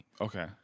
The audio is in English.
Okay